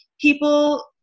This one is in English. People